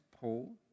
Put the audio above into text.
Paul